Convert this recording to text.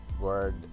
word